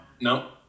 no